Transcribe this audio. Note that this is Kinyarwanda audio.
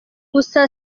gusa